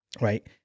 Right